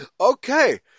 Okay